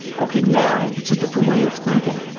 okay, now it's a different way of thinking.